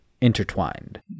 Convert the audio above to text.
intertwined